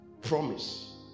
promise